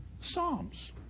Psalms